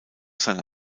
seiner